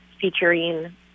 featuring